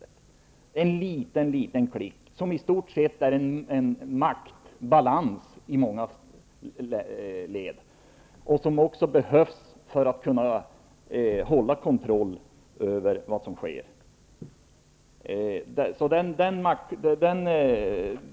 Det är en liten, liten andel, som i stort sett innebär en maktbalans i många led, och som också behövs för att kunna hålla kontroll över vad som sker.